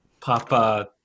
Papa